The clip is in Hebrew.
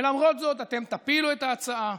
ולמרות זאת אתם תפילו את ההצעה,